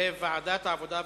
לדיון מוקדם בוועדת העבודה,